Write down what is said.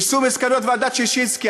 יישום מסקנות ועדת ששינסקי,